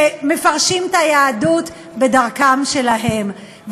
שמפרשים את היהדות בדרכם שלהם,